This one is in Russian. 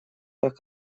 так